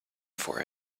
for